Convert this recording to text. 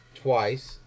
twice